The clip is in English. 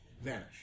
vanish